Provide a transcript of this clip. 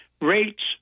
rates